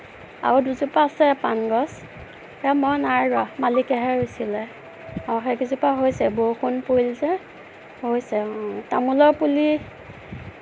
আও দুজোপা আছে পাণ গছ এই মই নাই ৰুৱা মালিকেহে ৰুইছিলে অঁ সেইকেইজোপা হৈছে বৰষুণ পৰিল যে হৈছে তামুলৰ পুলি